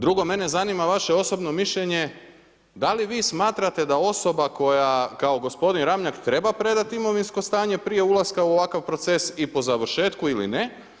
Drugo, mene zanima, vaše osobno mišljenje, da li vi smatrate da osoba koja kao gospodin Ramljak, treba predati imovinsko stanje prije ulaska u ovakav procesu i po završetku ili ne.